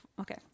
okay